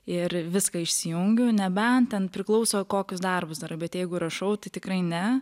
ir viską išsijungiu nebent ten priklauso kokius darbus darai bet jeigu rašau tai tikrai ne